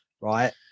right